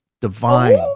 divine